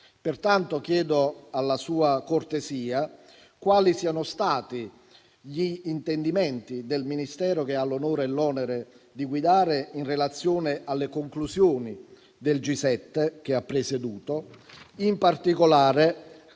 Pertanto, chiedo alla sua cortesia quali siano stati gli intendimenti del Ministero che ha l'onore e l'onere di guidare in relazione alle conclusioni del G7 che ha presieduto, in particolare